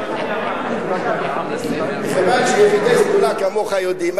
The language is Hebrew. כיוון שיחידי סגולה כמוך יודעים,